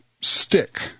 stick